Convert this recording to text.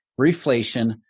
reflation